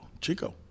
Chico